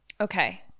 Okay